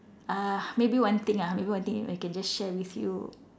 uh maybe one thing ah maybe one thing I can just share with you